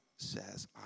says